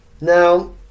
now